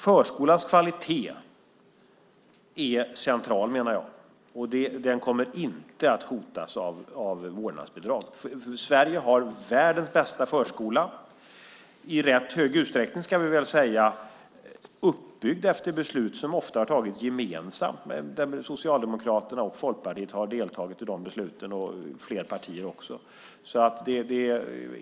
Förskolans kvalitet är central, menar jag. Den kommer inte att hotas av vårdnadsbidraget. Sverige har världens bästa förskola, i rätt hög utsträckning, ska vi väl säga, uppbyggd efter beslut som ofta har tagits gemensamt. Socialdemokraterna och Folkpartiet har deltagit i de besluten, fler partier också.